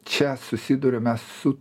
čia susiduriame su